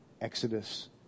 exodus